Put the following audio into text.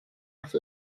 out